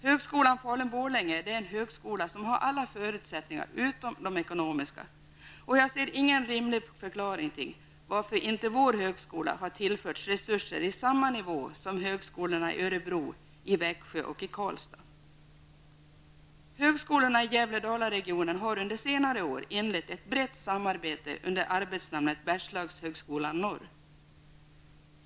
Högskolan i Falun/Borlänge är en högskola som har alla förutsättningar utom de ekonomiska, och jag ser ingen rimlig förklaring till att inte vår högskola har tillförts resurser i samma nivå som högskolorna i Högskolorna i Gävle--Dala-regionen har under senare år inlett ett brett samarbete under arbetsnamnet Bergslagshögskolan Norr.